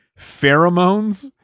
pheromones